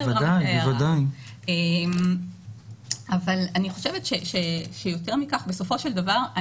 אבל אני חושבת שיותר מכך בסופו של דבר,